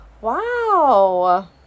Wow